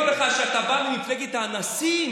וכשיגידו לך שאתה בא ממפלגת האנסים,